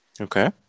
Okay